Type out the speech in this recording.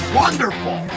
wonderful